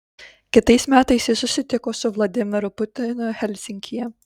kitais metais ji susitiko su vladimiru putinu helsinkyje